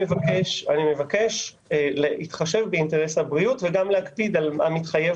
אני מבקש להתחשב באינטרס הבריאות וגם להקפיד על המתחייב